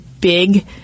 big